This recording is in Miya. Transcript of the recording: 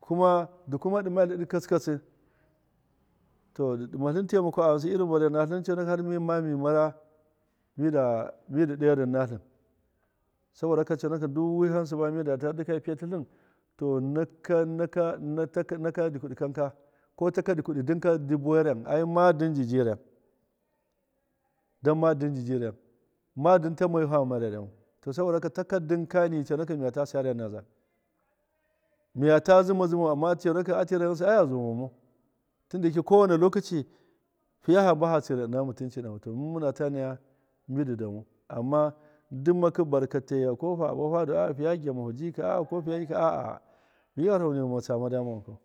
kuma dɨ kuma ɗɨma tleɗɨ katsi katsi to dɨ ɗimstlɨn tsimako a ghɨnsɨ irin varai natlɨn mina mira mida a midɨ ɗa yarda ɨna tlɨn ndu wi siba mida ta dɨkaya piyatɨtlɨn to naka naka dɨkuɗɨ kanka ko taka dɨkuɗi dɨmka dɨ buwai rem ai ma dɨm nji ji rem dan ma dɨm nji ji rem ma dɨm tammeyu hama mara remu to saboda wanka taka dɨm kani conakɨn miya ta sa renaza miya zhima zhimau ama conakɨn a tɨra ghɨnsɨ ai a zumamau fiya hamba ha tsira ɨna mutumci nahu domin mina ta naya mɨn dɨda mau ama ndimakɨ barkataiya ko habahu hadu fiya gyamahu ji yika ko fiya ko yika a a mi gharaho nima tsama dama wankau.